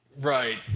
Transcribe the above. Right